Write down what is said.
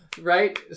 right